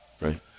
Right